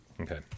Okay